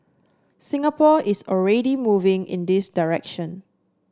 Singapore is already moving in this direction